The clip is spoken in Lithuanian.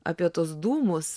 apie tuos dūmus